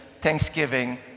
thanksgiving